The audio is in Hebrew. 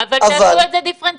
אבל --- אבל שיעשו את זה דיפרנציאלי.